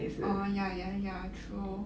orh ya ya ya true